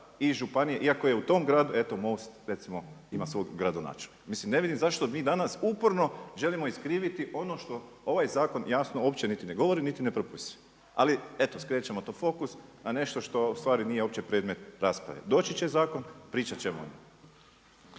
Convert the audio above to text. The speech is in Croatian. i županije, iako je u tom gradu eto MOST recimo ima svog gradonačelnika. Mislim ne vidim zašto mi danas uporno želimo iskriviti ono što ovaj zakon jasno uopće ne govori, niti ne propisuje. Ali eto skrećemo to fokus, na nešto što u stvari nije uopće predmet rasprave. Doći će zakon, pričat ćemo.